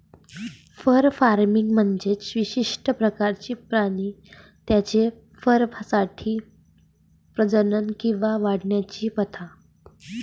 fur farming म्हणजे विशिष्ट प्रकारचे प्राणी त्यांच्या फरसाठी प्रजनन किंवा वाढवण्याची प्रथा